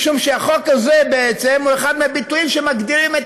משום שהחוק הזה בעצם הוא אחד מהביטויים שמגדירים את